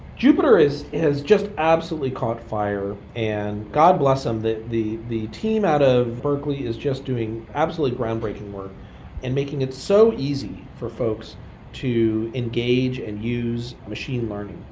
jupiter has just absolutely caught fire. and god bless them that the the team out of berkeley is just doing absolutely groundbreaking work and making it so easy for folks to engage and use machine learning.